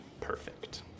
perfect